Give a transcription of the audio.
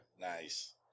nice